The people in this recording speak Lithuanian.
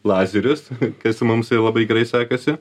lazerius kas mums labai gerai sekasi